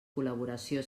col·laboració